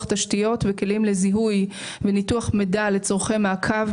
תשתיות וכלים לזיהוי וניתוח מידע לצורכי מעקב,